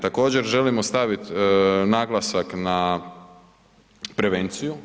Također, želimo staviti naglasak na prevenciju.